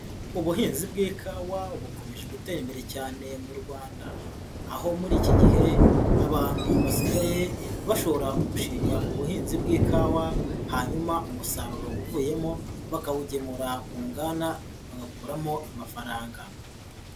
Ubuhinzi bw'ikawa bukomeje gutera imbere cyane mu Rwanda, aho muri iki gihe abantu basigaye bashora umushinga mu buhinzi bw'ikawa, hanyuma umusaruro uvuyemo bakawugemura ku nganda bagakuramo amafaranga.